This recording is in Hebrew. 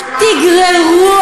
את לא מדברת